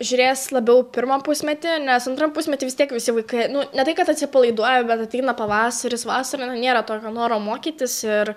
žiūrės labiau pirmą pusmetį nes antram pusmety vis tiek visi vaikai ne tai kad atsipalaiduoja bet ateina pavasaris vasara nėra tokio noro mokytis ir